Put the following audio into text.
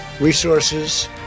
resources